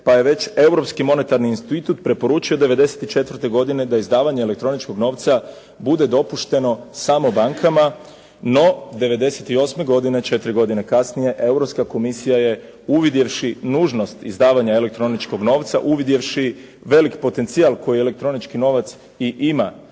pa je već Europski monetarni institut preporučio '94. godine da izdavanje elektroničkog novca bude dopušteno samo bankama, no '98. godine četiri godine kasnije Europska komisija je uvidjevši nužnost izdavanja elektroničkog novca, uvidjevši veliki potencijal koji elektronički novac i ima